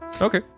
Okay